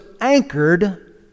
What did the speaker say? anchored